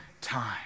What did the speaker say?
time